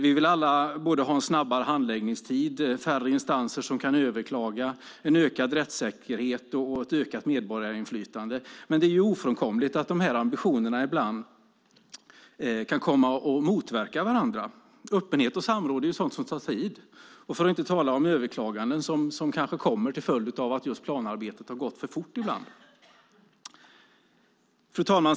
Vi vill alla både ha en snabbare handläggningstid, färre instanser som kan överklaga, en ökad rättssäkerhet och ett ökat medborgarinflytande, men det är ofrånkomligt att dessa ambitioner ibland kan komma att motverka varandra. Öppenhet och samråd är sådant som tar tid, för att inte tala om överklaganden som kanske kommer till följd av att just planarbetet gått för fort ibland.